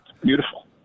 Beautiful